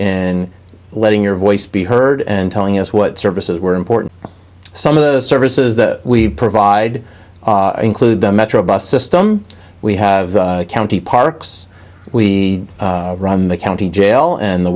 in letting your voice be heard and telling us what services were important some of the services that we provide include the metro bus system we have county parks we run the county jail and the